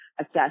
assess